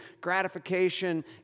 gratification